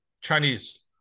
Chinese